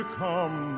come